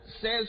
says